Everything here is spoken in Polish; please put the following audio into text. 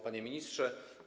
Panie Ministrze!